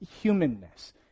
humanness